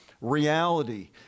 reality